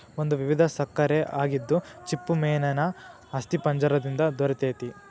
ಒಂದು ವಿಧದ ಸಕ್ಕರೆ ಆಗಿದ್ದು ಚಿಪ್ಪುಮೇನೇನ ಅಸ್ಥಿಪಂಜರ ದಿಂದ ದೊರಿತೆತಿ